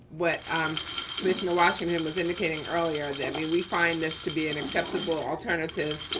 what um commissioner washington was indicating earlier that we we find this to be an acceptable alternative